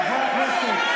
חברי הכנסת.